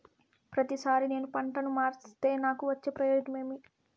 ప్రతిసారి నేను పంటను మారిస్తే నాకు వచ్చే ప్రయోజనం ఏమి?